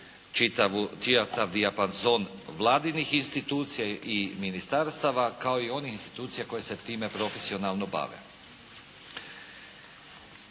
čitav diapanson vladinih institucija i ministarstava kao i onih institucija koje se time profesionalno bave.